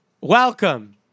Welcome